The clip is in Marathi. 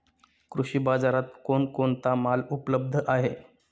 कृषी बाजारात कोण कोणता माल उपलब्ध आहे?